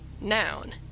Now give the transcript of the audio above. Noun